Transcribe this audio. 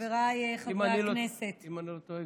חבריי חברי הכנסת, אם אני לא טועה,